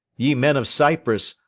ye men of cyprus,